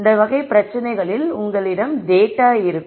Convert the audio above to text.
இந்த வகை பிரச்சனைகளில் உங்களிடம் டேட்டா இருக்கும்